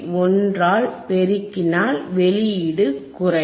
1 ஆல் பெருக்கினால் வெளியீடு குறையும்